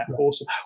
awesome